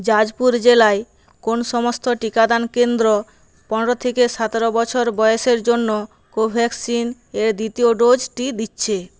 জাজপুর জেলায় কোন সমস্ত টিকাদান কেন্দ্র পনেরো থেকে সতেরো বছর বয়সের জন্য কোভ্যাক্সিন এর দ্বিতীয় ডোজটি দিচ্ছে